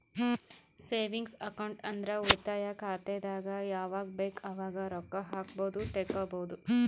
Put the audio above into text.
savings account ಅಂದುರ್ ಉಳಿತಾಯ ಖಾತೆದಾಗ್ ಯಾವಗ್ ಬೇಕ್ ಅವಾಗ್ ರೊಕ್ಕಾ ಹಾಕ್ಬೋದು ತೆಕ್ಕೊಬೋದು